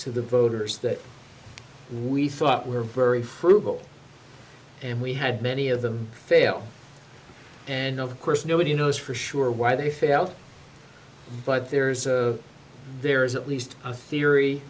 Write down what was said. to the voters that we thought were very frugal and we had many of them fail and of course nobody knows for sure why they felt but there is there is at least a theory